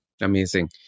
Amazing